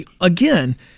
again